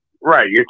Right